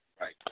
Right